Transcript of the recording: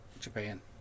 Japan